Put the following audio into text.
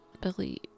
Billy